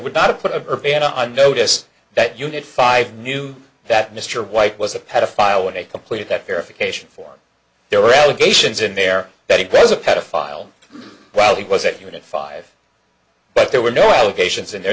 would not put a survey and i noticed that unit five knew that mr white was a pedophile when they completed that verification form there were allegations in there that it was a pedophile while he was at unit five but there were no allegations in there